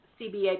CBA